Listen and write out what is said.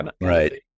Right